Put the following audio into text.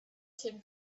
tim